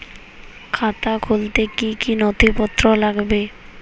খাতা খুলতে কি কি নথিপত্র লাগবে?